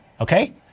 Okay